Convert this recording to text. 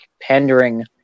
pandering